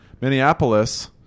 Minneapolis